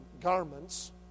garments